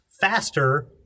faster